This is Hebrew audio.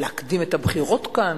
להקדים את הבחירות כאן,